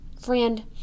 Friend